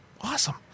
Awesome